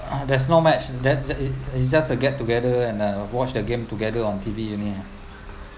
ah there's no match that it it's just a get together and uh watch the game together on T_V only ah